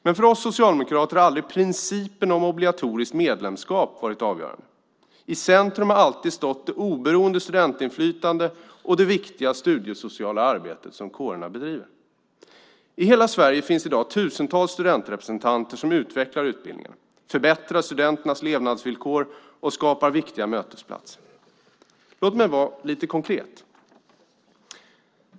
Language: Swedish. Men för oss socialdemokrater har aldrig principen om obligatoriskt medlemskap varit avgörande. I centrum har alltid stått det oberoende studentinflytandet och det viktiga studiesociala arbetet som kårerna bedriver. I hela Sverige finns i dag tusentals studentrepresentanter som utvecklar utbildningarna, förbättrar studenternas levnadsvillkor och skapar viktiga mötesplatser. Låt mig vara lite konkret.